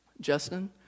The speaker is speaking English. Justin